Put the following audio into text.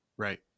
Right